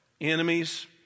enemies